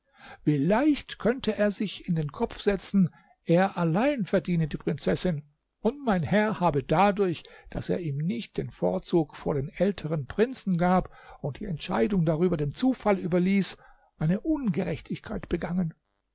leicht könnte er es sich in den kopf setzen er allein verdiene die prinzessin und mein herr habe dadurch daß er ihm nicht den vorzug vor den älteren prinzen gab und die entscheidung darüber dem zufall überließ eine ungerechtigkeit begangen